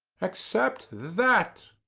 except that!